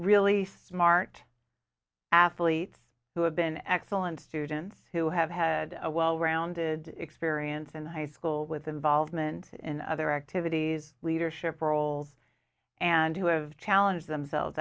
really smart athletes who have been excellent students who have had a well rounded experience in high school with involvement in other activities leadership roles and who have challenge themselves